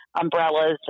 umbrellas